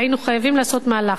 והיינו חייבים לעשות מהלך,